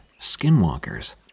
skinwalkers